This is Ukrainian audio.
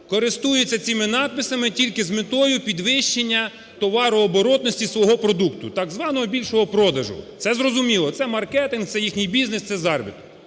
користуються цими надписами тільки з метою підвищення товарооборотності свого продукту, так званого більшого продажу. Це зрозуміло, це маркетинг, це їхній бізнес, це заробіток.